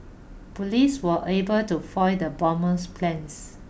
police were able to foil the bomber's plans